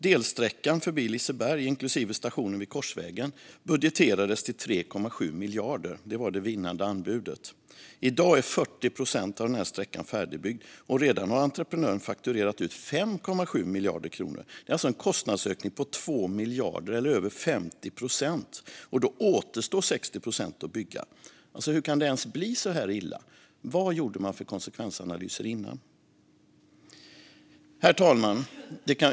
Delsträckan förbi Liseberg, inklusive stationen vid Korsvägen, budgeterades till 3,7 miljarder kronor. Det var det vinnande anbudet. I dag är 40 procent av sträckan färdigbyggd, och redan har entreprenören fakturerat ut 5,7 miljarder kronor. Det är alltså en kostnadsökning på 2 miljarder eller över 50 procent. Då återstår 60 procent att bygga. Hur kan det ens bli så här illa? Vad gjorde man för konsekvensanalyser innan? Herr talman!